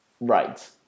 Right